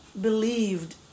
believed